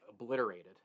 obliterated